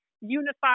unified